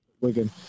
Wigan